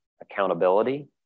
accountability